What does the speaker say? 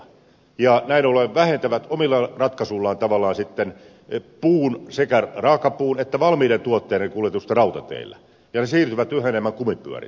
näin ollen ne vähentävät omilla ratkaisuillaan tavallaan puun sekä raakapuun että valmiiden tuotteiden kuljetusta rautateillä ja se siirtyy yhä enemmän kumipyörille